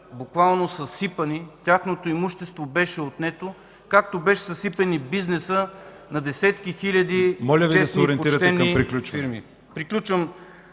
буквално съсипани, тяхното имущество беше отнето, както беше съсипан и бизнесът на десетки хиляди честни и почтени фирми.